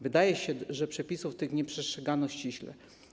Wydaje się, że przepisów tych nie przestrzegano ściśle.